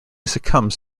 succumbs